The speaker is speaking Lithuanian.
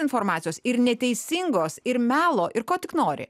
informacijos ir neteisingos ir melo ir ko tik nori